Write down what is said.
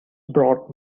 brought